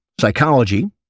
psychology